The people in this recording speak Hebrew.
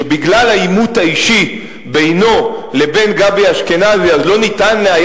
שבגלל העימות האישי בינו לבין גבי אשכנזי לא ניתן היה